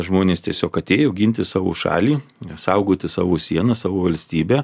žmonės tiesiog atėjo ginti savo šalį nesaugoti savo sienas savo valstybę